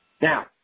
Now